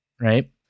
right